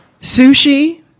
Sushi